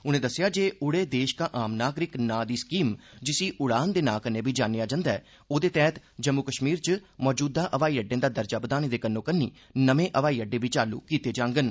उन्ने दस्सेया जे 'उड़े देश दा आम नागरिक' नां दी स्कीम जिसी उड़ान दे नां कन्नै बी जानेया जन्दा ऐ दे तैहत जम्मू कश्मीर च मजूदा हवाई अड्डे दा दर्जा बदाने दे कन्नो कन्नी नमें हवाई अड्डे बी चालू कीते जागंन